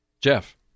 Jeff